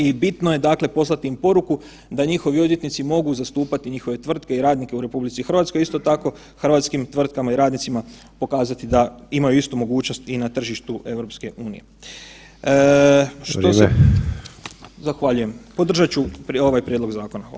I bitno je dakle poslati im poruku da njihovi odvjetnici mogu zastupati njihove tvrtke i radnike u RH, a isto tako hrvatskim tvrtkama i radnicima pokazati da imaju istu mogućnost i na tržištu EU [[Upadica: Vrijeme.]] Zahvaljujem, podržat ću ovaj prijedlog zakona.